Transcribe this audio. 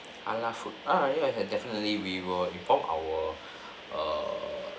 halal food uh ya definitely we will inform our err